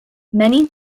many